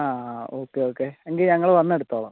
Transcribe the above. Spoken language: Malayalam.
ആ ഓക്കേ ഓക്കേ എങ്കിൽ ഞങ്ങൾ വന്നെടുത്തോളാം